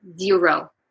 zero